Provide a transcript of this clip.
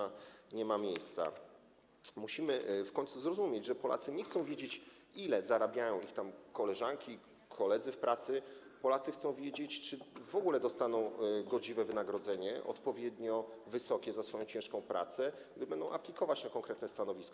Musimy w końcu zrozumieć, że Polacy nie chcą wiedzieć, ile zarabiają ich koleżanki, koledzy w pracy, Polacy chcą wiedzieć, czy w ogóle dostaną godziwe wynagrodzenie, odpowiednio wysokie, za swoją ciężką pracę, gdy będą aplikować na konkretne stanowisko.